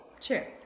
sure